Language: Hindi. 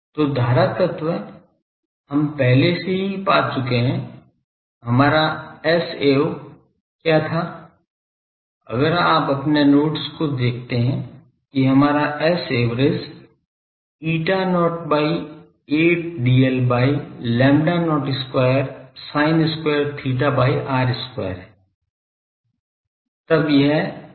तो धारा तत्व हम पहले से ही पा चुके हैं हमारा Sav क्या था अगर आप अपने नोटों को देखते हैं कि हमारा Sav eta not by 8 dl by lambda not square sin square theta by r square है